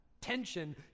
tension